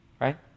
right